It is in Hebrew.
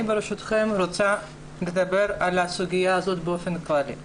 ברשותכם רוצה לדבר על הסוגיה הזאת באופן כללי.